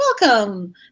welcome